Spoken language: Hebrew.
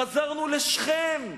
חזרנו לשכם.